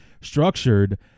structured